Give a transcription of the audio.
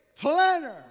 planner